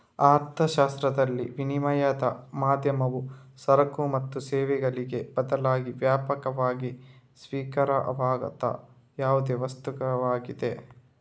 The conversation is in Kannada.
ಅರ್ಥಶಾಸ್ತ್ರದಲ್ಲಿ, ವಿನಿಮಯದ ಮಾಧ್ಯಮವು ಸರಕು ಮತ್ತು ಸೇವೆಗಳಿಗೆ ಬದಲಾಗಿ ವ್ಯಾಪಕವಾಗಿ ಸ್ವೀಕಾರಾರ್ಹವಾದ ಯಾವುದೇ ವಸ್ತುವಾಗಿದೆ